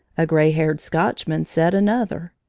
a gray-haired scotchman said another,